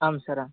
आं सर् आं